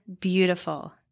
beautiful